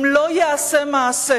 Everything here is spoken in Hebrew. אם לא ייעשה מעשה,